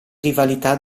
rivalità